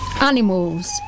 Animals